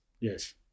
Yes